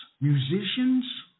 musicians